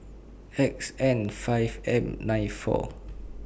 X N five M nine four